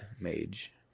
mage